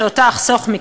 שאותה אחסוך מכם.